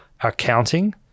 accounting